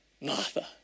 Martha